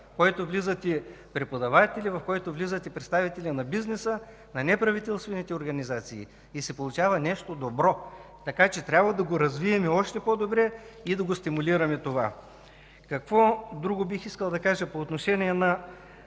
в който влизат и преподаватели, в който влизат и представители на бизнеса, на неправителствените организации. И се получава нещо добро, така че трябва да го развием още по-добре и да го стимулираме това. Какво друго бих искал да кажа по отношение на